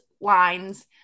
lines